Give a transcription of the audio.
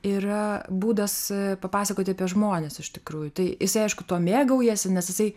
yra būdas papasakoti apie žmones iš tikrųjų tai jisai aišku tuo mėgaujasi nes jisai